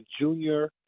junior